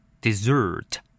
Dessert